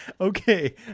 Okay